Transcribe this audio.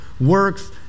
works